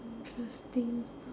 interesting story